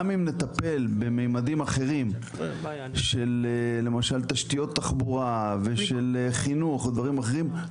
גם אם נטפל בממדים אחרים של למשל תשתיות תחבורה ושל חינוך ודברים אחרים,